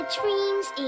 dreams